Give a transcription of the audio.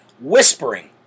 whispering